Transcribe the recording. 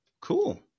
Cool